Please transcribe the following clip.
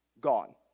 gone